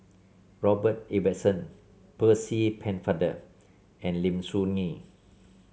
Robert Ibbetson Percy Pennefather and Lim Soo Ngee